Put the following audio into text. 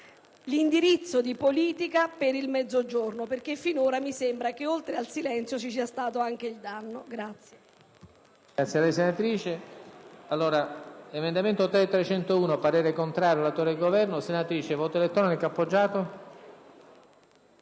l'indirizzo di politica per il Mezzogiorno perché finora mi sembra che oltre al silenzio ci sia stato anche il danno.